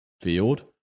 field